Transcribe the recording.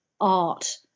art